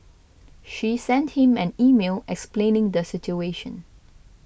she sent him an email explaining the situation